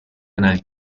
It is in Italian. nel